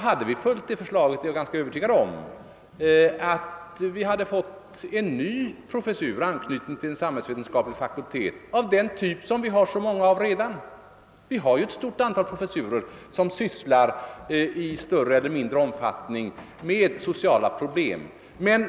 Hade vi följt det förslaget, är jag ganska övertygad om att vi hade fått en till en samhällsvetenskaplig fakultet anknuten ny professur av den typ som vi har så många av redan. Vi har ett stort antal professurer som i större eller mindre omfattning sysslar med socialproblem.